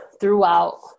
throughout